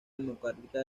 democrática